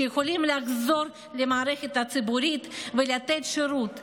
שיכולים לעזור למערכת הציבורית ולתת שירות.